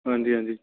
ਹਾਂਜੀ ਹਾਂਜੀ